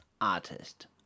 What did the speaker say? artist